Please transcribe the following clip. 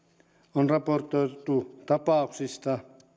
on raportoitu tapauksista